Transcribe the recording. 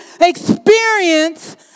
experience